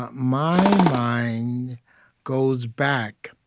um my mind goes back